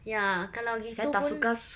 ya kalau gitu pun